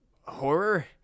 horror